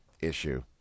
issue